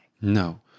No